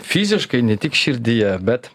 fiziškai ne tik širdyje bet